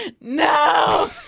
No